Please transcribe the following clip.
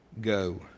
Go